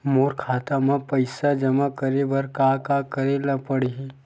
मोर खाता म पईसा जमा करे बर का का करे ल पड़हि?